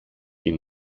ihn